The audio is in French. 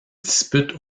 dispute